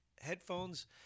headphones